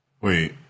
Wait